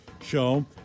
show